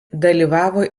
dalyvavo